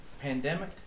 Pandemic